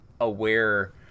aware